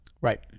Right